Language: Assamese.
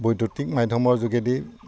বৈদ্যুতিক মাধ্যমৰ যোগেদি